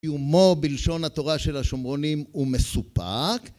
יומו בלשון התורה של השומרונים הוא מסופק